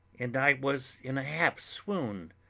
and i was in a half swoon.